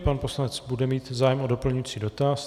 Pan poslanec bude mít zájem o doplňující dotaz.